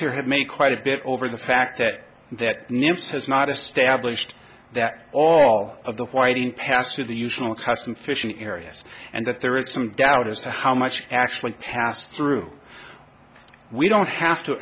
here have made quite a bit over the fact that that nymphs has not established that all of the whiting passed through the usual custom fishing areas and that there is some doubt as to how much actually passed through we don't have to